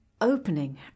opening